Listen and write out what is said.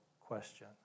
question